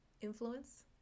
influence